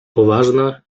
poważną